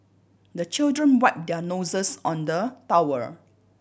the children wipe their noses on the towel